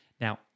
Now